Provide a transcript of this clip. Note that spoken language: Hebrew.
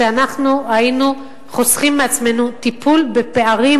שהיינו חוסכים מעצמנו טיפול בפערים